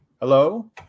Hello